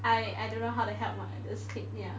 I I don't know how to help like this kid ya